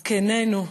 זקנינו,